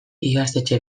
ikastetxe